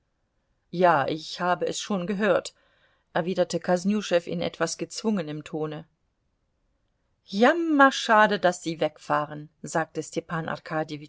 ja ich habe es schon gehört erwiderte kosnüschew in etwas gezwungenem tone jammerschade daß sie wegfahren sagte stepan